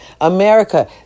America